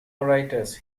writers